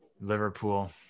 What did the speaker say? liverpool